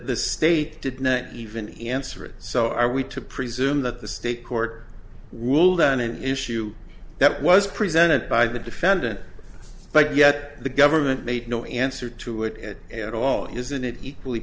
state did not even answer it so are we to presume that the state court ruled on an issue that was presented by the defendant but yet the government made no answer to it at all isn't it equally